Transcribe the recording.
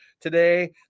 today